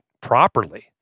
properly